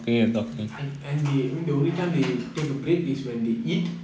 and they I mean the only time they take a break is when they eat